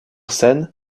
scène